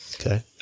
Okay